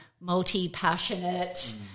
multi-passionate